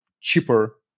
cheaper